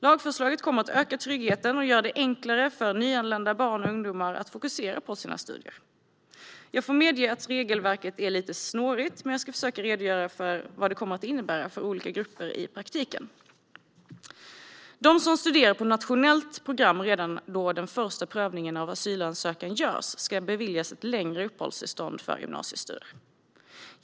Lagförslaget kommer att öka tryggheten och göra det enklare för nyanlända barn och ungdomar att fokusera på sina studier. Jag får medge att regelverket är lite snårigt, men jag ska försöka redogöra för vad det kommer att innebära för olika grupper i praktiken. De som studerar på nationellt program redan då den första prövningen av asylansökan görs ska beviljas ett längre uppehållstillstånd för gymnasiestudier.